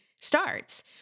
starts